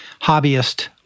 hobbyist